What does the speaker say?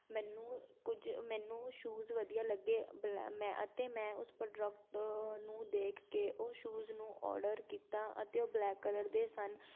ਮੈਨੂੰ ਕੁਝ ਮੈਨੂੰ ਸ਼ੂਜ਼ ਵਧੀਆ ਲੱਗੇ ਬਲੇ ਮੈਂ ਅਤੇ ਮੈਂ ਉਸ ਪ੍ਰੋਡਕਟ ਨੂੰ ਦੇਖ ਕੇ ਉਹ ਸ਼ੂਜ਼ ਨੂੰ ਔਡਰ ਕੀਤਾ ਅਤੇ ਉਹ ਬਲੈਕ ਕਲਰ ਦੇ ਸਨ